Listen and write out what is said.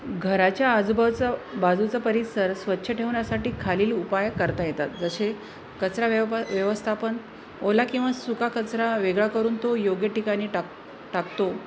घराच्या आजूबाजूचं बाजूचा परिसर स्वच्छ ठेवण्यासाठी खालील उपाय करता येतात जसे कचरा व्यवप व्यवस्थापन ओला किंवा सुका कचरा वेगळा करून तो योग्य ठिकाणी टाक टाकतो